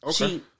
okay